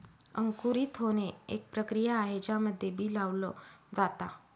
अंकुरित होणे, एक प्रक्रिया आहे ज्यामध्ये बी लावल जाता